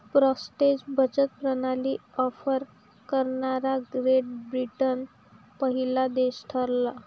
postage बचत प्रणाली offer करणारा ग्रेट ब्रिटन पहिला देश ठरला